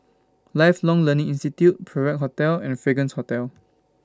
Lifelong Learning Institute Perak Hotel and Fragrance Hotel